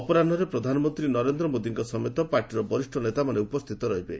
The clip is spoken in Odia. ଅପରାହରେ ପ୍ରଧାନମନ୍ତ୍ରୀ ନରେନ୍ଦ୍ର ମୋଦିଙ୍କ ସମେତ ପାର୍ଟିର ବରିଷ୍ଣ ନେତାମାନେ ଉପସ୍ଥିତ ରହିବେ